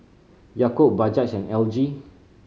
Yakult Bajaj and L G